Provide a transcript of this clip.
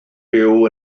byw